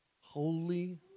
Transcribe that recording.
Holy